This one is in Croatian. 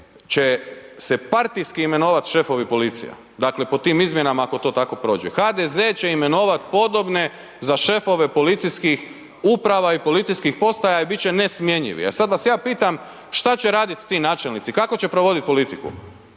će se partijski imenovat šefovi policije, dakle po tim izmjenama ako to tako prođe, HDZ će imenovati podobne za šefove policijskih uprava i policijskih postaja i bit će nesmjenjivi a sad vas ja pitam, šta će raditi ti načelnici, kako će provoditi politiku?